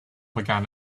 began